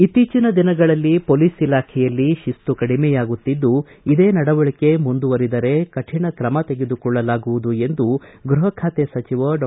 ಇತ್ತೀಚಿನ ದಿನಗಳಲ್ಲಿ ಪೊಲೀಸ್ ಇಲಾಖೆಯಲ್ಲಿ ಶಿಸ್ತು ಕಡಿಮೆಯಾಗುತ್ತಿದ್ದು ಇದೇ ನಡವಳಕೆ ಮುಂದುವರೆದರೆ ಕಡಿಣ ಕ್ರಮ ತೆಗೆದುಕೊಳ್ಳಲಾಗುವುದು ಎಂದು ಗೃಹ ಬಾತೆ ಸಚಿವ ಡಾ